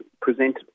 present